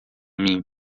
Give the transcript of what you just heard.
mim